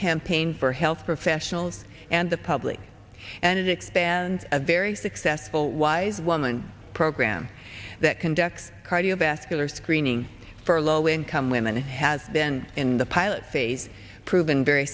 campaign for health professionals and the public and it expands a very successful wise woman program that conducts cardiovascular screening for low income women has been in the pilot phase proven very